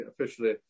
officially